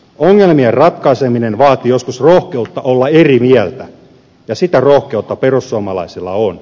ongelmien ratkaiseminen vaatii joskus rohkeutta olla eri mieltä ja sitä rohkeutta perussuomalaisilla on